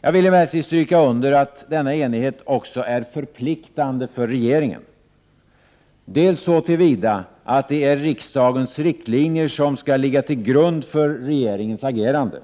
Jag vill emellertid stryka under att denna enighet också är förpliktande för regeringen. Dels så till vida att det är riksdagens riktlinjer som skall ligga till grund för regeringens agerande,